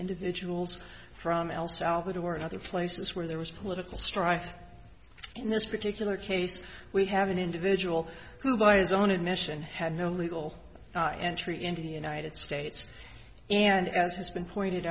individuals from el salvador and other places where there was political strife in this particular case we have an individual who by his own admission had no legal entry into the united states and as has been pointed